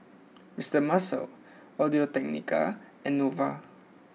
Mr Muscle Audio Technica and Nova